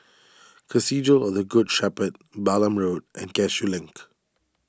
Cathedral of the Good Shepherd Balam Road and Cashew Link